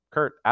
Kurt